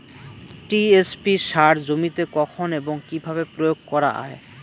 TSP সার জমিতে কখন এবং কিভাবে প্রয়োগ করা য়ায়?